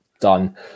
done